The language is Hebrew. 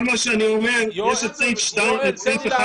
כל מה שאני אומר זה שיש את סעיף 2 וסעיף 1